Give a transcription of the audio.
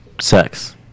sex